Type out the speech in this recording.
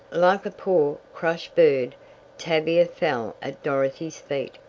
like a poor, crushed bird tavia fell at dorothy's feet.